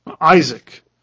isaac